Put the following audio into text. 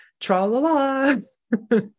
tra-la-la